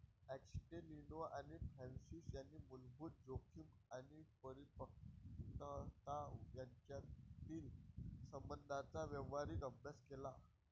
ॲस्टेलिनो आणि फ्रान्सिस यांनी मूलभूत जोखीम आणि परिपक्वता यांच्यातील संबंधांचा व्यावहारिक अभ्यास केला